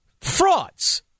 frauds